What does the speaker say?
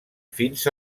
fins